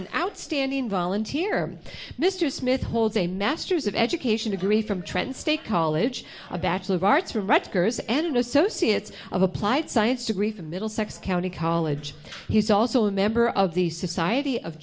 an outstanding volunteer mr smith holds a master's of education degree from trenton state college a bachelor of arts from rutgers and associates of applied science degree from middlesex county college he's also a member of the society of